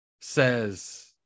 says